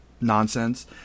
Nonsense